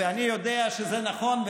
ואני יודע שזה נכון,